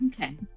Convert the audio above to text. Okay